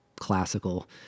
classical